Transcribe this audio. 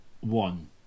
one